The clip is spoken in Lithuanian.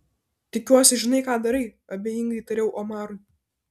tikiuosi žinai ką darai abejingai tariau omarui